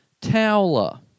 Towler